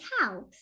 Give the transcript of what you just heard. house